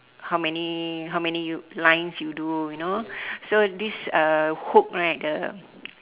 how many how many you lines you do you know so this uh hook right the